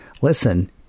Listen